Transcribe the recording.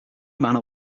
manor